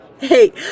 Hey